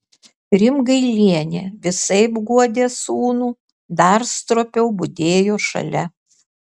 rimgailienė visaip guodė sūnų dar stropiau budėjo šalia